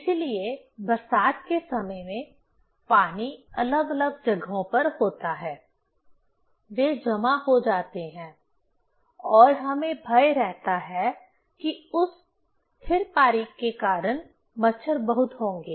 इसीलिए बरसात के समय में पानी अलग अलग जगहों पर होता है वे जमा हो जाते हैं और हमें भय रहता है कि उस स्थिर पानी के कारण मच्छर बहुत होंगे